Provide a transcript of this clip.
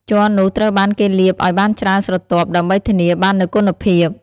ជ័រនោះត្រូវបានគេលាបឲ្យបានច្រើនស្រទាប់ដើម្បីធានាបាននូវគុណភាព។